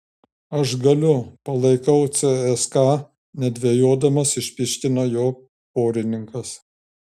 aš galiu palaikau cska nedvejodamas išpyškino jo porininkas